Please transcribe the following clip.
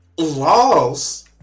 laws